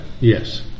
Yes